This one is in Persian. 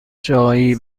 جایی